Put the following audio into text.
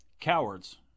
Cowards